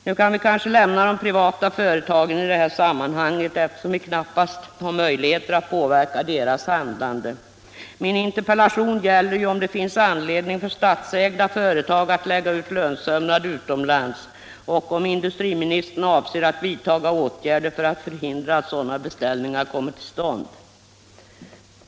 Nu kan vi kanske lämna de privata företagen i detta sammanhang, eftersom vi knappast har möjligheter att påverka deras handlande. Min interpellation gäller ju, om det finns anledning för stats utomlands utomlands ägda företag att lägga ut lönsömnad utomlands och om industriministern avser att vidta åtgärder för att förhindra att sådana beställningar kommer till stånd.